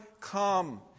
come